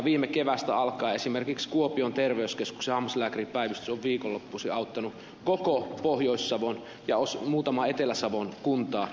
viime keväästä alkaen esimerkiksi kuopion terveyskeskuksen hammaslääkäripäivystys on viikonloppuisin auttanut koko pohjois savoa ja muutamaa etelä savon kuntaa